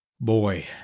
Boy